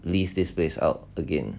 lease this place out again